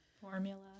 formula